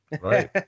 Right